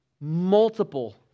multiple